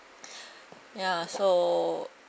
ya so